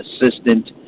assistant